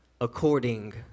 according